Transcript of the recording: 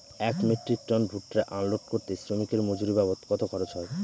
এক metric ton ভুট্টা unload করতে শ্রমিকের মজুরি বাবদ কত খরচ হয়?